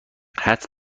حدس